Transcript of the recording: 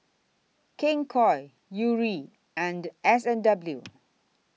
King Koil Yuri and S and W